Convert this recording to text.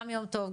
גם יום טוב,